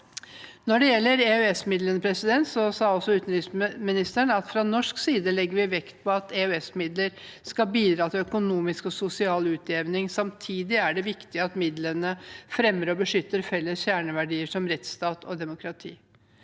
Når det gjelder EØS-midlene, sa også utenriksministeren at vi fra norsk side legger vekt på at EØS-midler skal bidra til økonomisk og sosial utjevning. Samtidig er det viktig at midlene fremmer og beskytter felles kjerneverdier som rettsstat og demokrati.